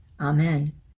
Amen